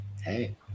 Hey